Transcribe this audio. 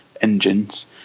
engines